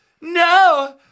no